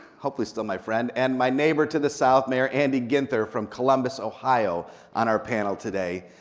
hopefully still my friend and my neighbor to the south, mayor andy ginther from columbus, ohio on our panel today.